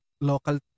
local